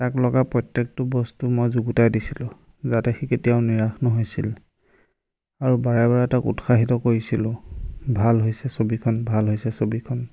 তাক লগা প্ৰত্যেকটো বস্তু মই যুগুটাই দিছিলোঁ যাতে সি কেতিয়াও নিৰাশ নহৈছিল আৰু বাৰে বাৰে তাক উৎসাহিত কৰিছিলোঁ ভাল হৈছে ছবিখন ভাল হৈছে ছবিখন